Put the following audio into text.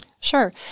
Sure